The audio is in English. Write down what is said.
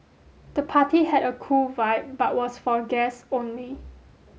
the party had a cool vibe but was for guests only